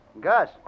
Gus